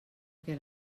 que